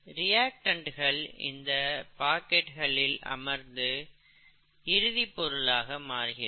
ரியாக்டன்டுகள் இந்த பாக்கெட்களில் அமர்ந்து இறுதி பொருளாக மாறுகிறது